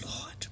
Lord